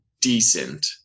decent